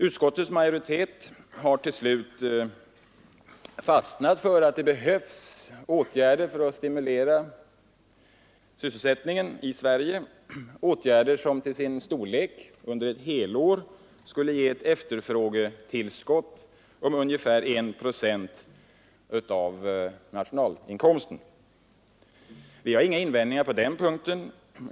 Utskottets majoritet har nu till slut fastnat för att det behövs åtgärder för att stimulera sysselsättningen i Sverige, åtgärder av sådan storlek att de på ett helår skulle ge ett efterfrågetillskott motsvarande ungefär 1 procent av bruttonationalprodukten. Vi har inga invändningar på den punkten.